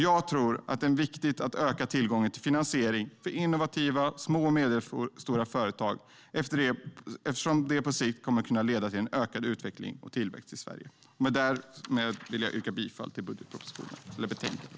Jag tror att det är viktigt att öka tillgången till finansiering för innovativa små och medelstora företag eftersom det på sikt kommer att leda till en ökad utveckling och tillväxt för Sverige. Därmed yrkar jag bifall till förslaget i betänkandet.